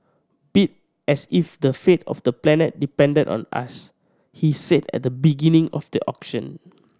bid as if the fate of the planet depended on us he said at the beginning of the auction